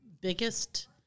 biggest